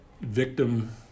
victim